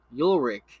Ulrich